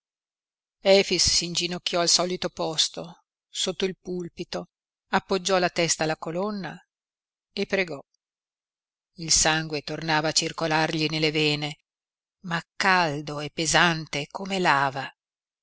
stridente efix s'inginocchiò al solito posto sotto il pulpito appoggiò la testa alla colonna e pregò il sangue tornava a circolargli nelle vene ma caldo e pesante come lava